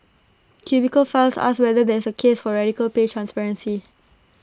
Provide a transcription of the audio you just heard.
cubicle files asks whether there's A case for radical pay transparency